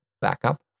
backup